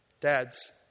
Dads